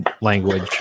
language